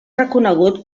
reconegut